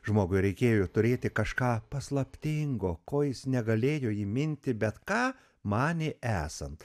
žmogui reikėjo turėti kažką paslaptingo ko jis negalėjo įminti bet ką manė esant